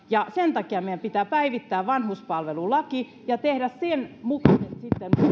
ja sen takia meidän pitää päivittää vanhuspalvelulaki ja tehdä sen mukaisesti sitten